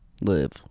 live